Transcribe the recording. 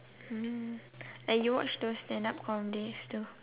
hmm like you watch those stand up comedies too